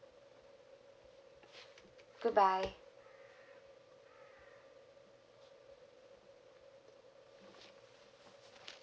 good bye